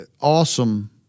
awesome